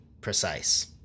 precise